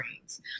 brains